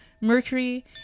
Mercury